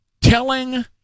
telling